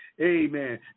Amen